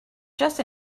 just